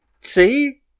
see